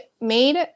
made